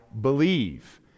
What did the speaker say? believe